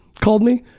called me.